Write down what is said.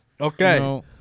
Okay